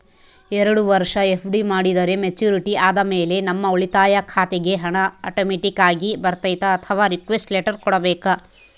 ಎರಡು ವರುಷ ಎಫ್.ಡಿ ಮಾಡಿದರೆ ಮೆಚ್ಯೂರಿಟಿ ಆದಮೇಲೆ ನಮ್ಮ ಉಳಿತಾಯ ಖಾತೆಗೆ ಹಣ ಆಟೋಮ್ಯಾಟಿಕ್ ಆಗಿ ಬರ್ತೈತಾ ಅಥವಾ ರಿಕ್ವೆಸ್ಟ್ ಲೆಟರ್ ಕೊಡಬೇಕಾ?